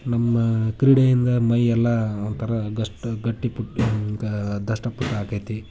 ನಮ್ಮ ಕ್ರೀಡೆಯಿಂದ ಮೈ ಎಲ್ಲ ಒಂಥರ ಗಷ್ಟು ಗಟ್ಟಿ ಪುಟ್ಟ ದಷ್ಟ ಪುಷ್ಟ ಆಕೈತೆ